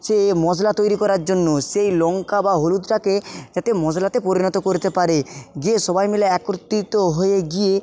সে এ মশলা তৈরি করার জন্য সেই লঙ্কা বা হলুদটাকে যাতে মশলাতে পরিণত করতে পারে গিয়ে সবাই মিলে একত্রিত হয়ে গিয়ে